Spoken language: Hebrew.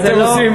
הייתם עושים,